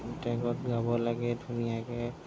ট্ৰেকত গাব লাগে ধুনীয়াকৈ